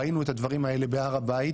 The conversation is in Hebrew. ראינו את הדברים האלה בהר הבית,